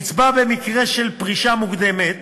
קצבה במקרה של פרישה מוקדמת,